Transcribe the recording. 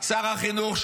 שר החינוך,